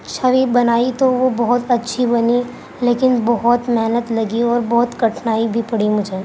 چھوی بنائی تو وہ بہت اچھی بنی لیکن بہت محنت لگی اور بہت کٹھنائی بھی پڑی مجھے